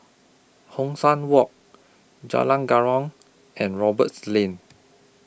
Hong San Walk Jalan and Roberts Lane